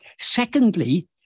Secondly